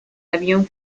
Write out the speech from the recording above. avión